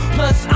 Plus